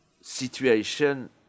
situation